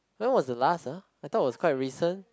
when was the last ah I thought it was quite recent